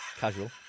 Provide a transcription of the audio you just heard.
Casual